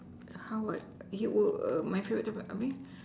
how what you will err my favourite